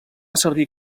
servir